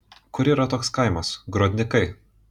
kur yra toks kaimas grodnikai